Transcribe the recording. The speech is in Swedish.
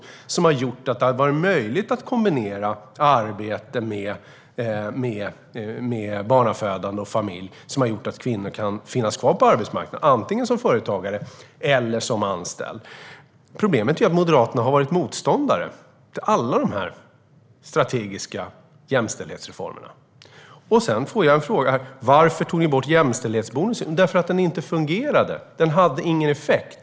Allt detta har gjort att det blev möjligt att kombinera arbete med barnafödande och familj och att kvinnor har kunnat finnas på arbetsmarknaden som antingen företagare eller anställda. Problemet är att Moderaterna har varit motståndare till alla dessa strategiska jämställdhetsreformer. Jag fick en fråga om varför vi tog bort jämställdhetsbonusen. Jo, för att den inte fungerade. Den hade ingen effekt.